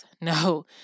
No